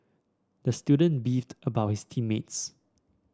the student beefed about his team mates